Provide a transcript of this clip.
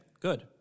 good